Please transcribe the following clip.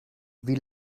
wie